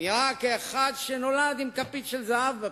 נראה כאחד שנולד עם כפית של זהב בפה.